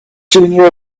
junior